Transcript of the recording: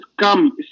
come